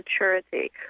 maturity